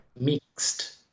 Mixed